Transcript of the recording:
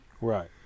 Right